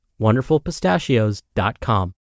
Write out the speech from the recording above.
WonderfulPistachios.com